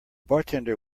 bartender